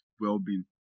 well-being